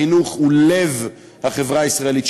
החינוך הוא לב החברה הישראלית,